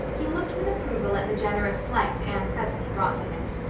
he looked with approval at the generous slice anne presently brought to him.